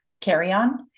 carry-on